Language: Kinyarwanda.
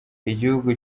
igihugu